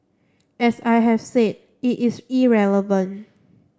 as I have said it is irrelevant